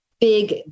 big